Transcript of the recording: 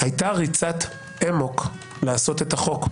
הייתה ריצת אמוק לעשות את החוק.